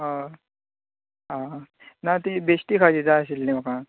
आं आं आं ना ती बेश्टी खाजी जाय आशिल्ली म्हाका